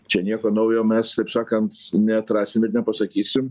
čia nieko naujo mes taip sakant neatrasim ir nepasakysim